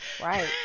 right